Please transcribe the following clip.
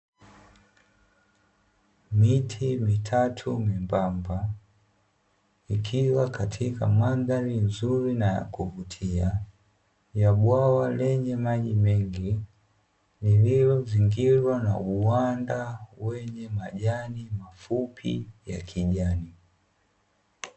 Miti mitatu membamba, ikiwa katika mandhari nzuri na ya kuvutia ya bwawa lenye maji mengi, lililozingirwa na uwanda wenye majani mafupi ya kijani.